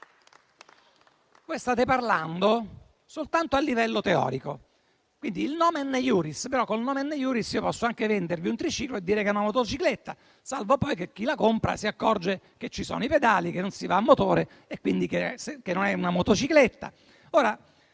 State parlando soltanto a livello teorico, quindi utilizzando il *nomen iuris*, con il quale però posso anche vendervi un triciclo e dire che è una motocicletta, salvo poi che chi la compra si accorge che ci sono i pedali, non si va a motore e quindi non è una motocicletta.